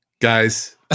guys